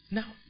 Now